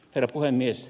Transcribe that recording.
herra puhemies